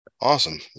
Awesome